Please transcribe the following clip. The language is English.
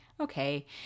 Okay